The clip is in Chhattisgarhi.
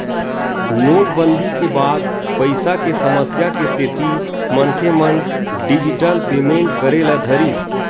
नोटबंदी के बाद पइसा के समस्या के सेती मनखे मन डिजिटल पेमेंट करे ल धरिस